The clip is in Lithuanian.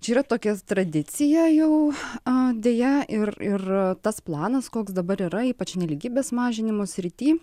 čia yra tokia tradicija jau a deja ir ir tas planas koks dabar yra ypač nelygybės mažinimo srity